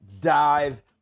dive